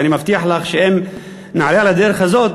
ואני מבטיח לך שאם נעלה על הדרך הזאת